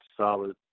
solid